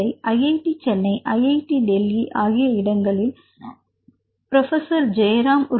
இதை IIT Chennai IIT Delhi ஆகிய இடங்களில் ஜெயராம்Prof